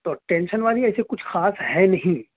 تو ٹینشن والی ایسی کچھ خاص ہے نہیں